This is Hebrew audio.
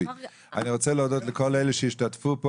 אני רוצה להודות לכל אלה שהשתתפו,